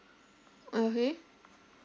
okay